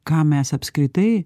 ką mes apskritai